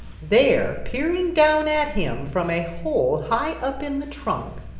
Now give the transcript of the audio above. there, peering down at him from a hole high up in the trunk,